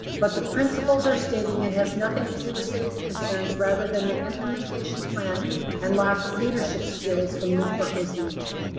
but the principals are stating it has nothing to do with safety concerns rather than the implementation plan and lack of leadership skills from newport-mesa unified.